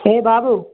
హే బాబు